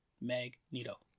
Magneto